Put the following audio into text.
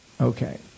Okay